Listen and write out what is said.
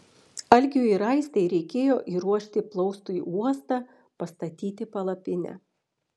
algiui ir aistei reikėjo įruošti plaustui uostą pastatyti palapinę